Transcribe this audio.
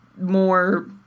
more